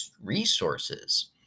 resources